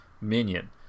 minion